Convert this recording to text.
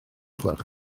gwelwch